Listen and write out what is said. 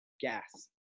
gas